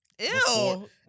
Ew